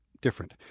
different